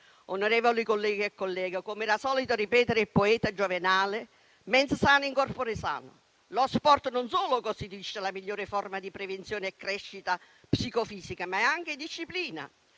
Onorevoli colleghe e colleghi, come era solito ripetere il poeta Giovenale: «*mens sana in corpore sano».* Lo sport non solo costituisce la migliore forma di prevenzione e crescita psicofisica, ma è anche disciplina,